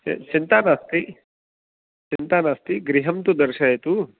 चिन् चिन्ता नास्ति चिन्ता नास्ति गृहं तु दर्शयतु